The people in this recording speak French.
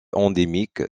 endémique